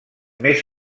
més